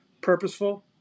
Purposeful